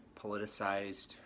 politicized